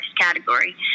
category